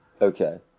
Okay